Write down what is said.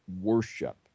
worship